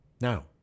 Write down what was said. now